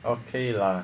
okay lah